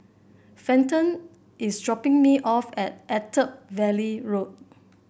Fenton is dropping me off at Attap Valley Road